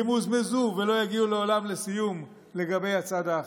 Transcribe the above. ימוזמזו ולא יגיעו לעולם לסיום לגבי הצד האחר.